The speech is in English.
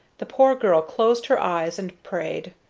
the poor girl closed her eyes and prayed